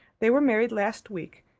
they were married last week,